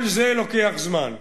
כל זה לוקח זמן.